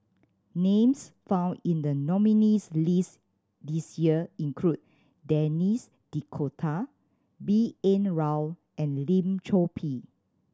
names found in the nominees' list this year include Denis D'Cotta B N Rao and Lim Chor Pee